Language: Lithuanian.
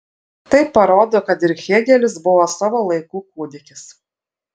tai parodo kad ir hėgelis buvo savo laikų kūdikis